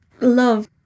love